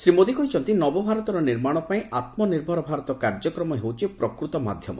ଶ୍ରୀ ମୋଦୀ କହିଛନ୍ତି ନବଭାରତର ନିର୍ମାଣ ପାଇଁ ଆତ୍କନିର୍ଭର ଭାରତ କାର୍ଯ୍ୟକ୍ରମ ହେଉଛି ପ୍ରକୃତ ମାଧ୍ୟମ